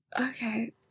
Okay